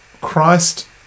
Christ